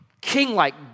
king-like